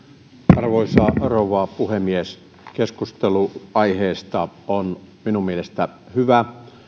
arvoisa rouva puhemies keskustelu aiheesta on minun mielestäni hyvä